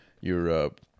Europe